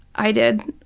i did.